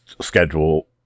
schedule